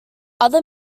other